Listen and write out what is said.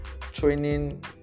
training